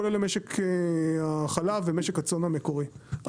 כולל למשק החלב ומשק הצאן המקומי.